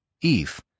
Eve